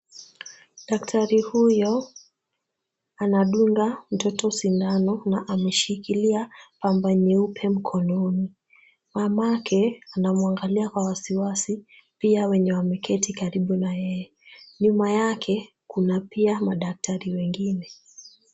Daktari huyo, anadunga mtoto sindano na aneshikilia pamba nyeupe mkononi. Mamake anamwangalia kwa wasiwasi pia wenye wameketi karibu na yeye. Nyuma yake pia kuna madaktari wengine.